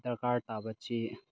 ꯗꯔꯀꯥꯔ ꯇꯥꯕ ꯆꯦ